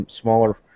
smaller